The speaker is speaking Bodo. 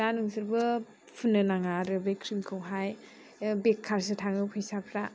दा नोंसोरबो फुननो नाङा आरो बे क्रिम खौहाय बेकारसो थाङो फैसाोरा